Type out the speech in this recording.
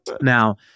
Now